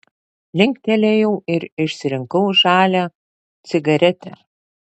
linktelėjau ir išsirinkau žalią cigaretę